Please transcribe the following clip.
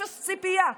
אפס ציפייה.